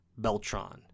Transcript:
Beltron